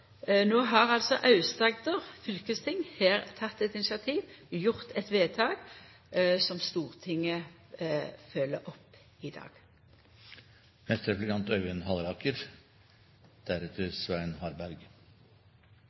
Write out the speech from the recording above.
har altså Aust-Agder fylkesting her teke eit initiativ, gjort eit vedtak, som Stortinget følgjer opp i dag.